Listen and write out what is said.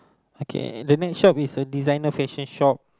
okay the next shop is a designer fashion shop